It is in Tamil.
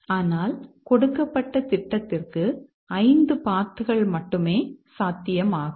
ஆனால் கொடுக்கப்பட்ட திட்டத்திற்கு 5 பாத் கள் மட்டுமே சாத்தியமாகும்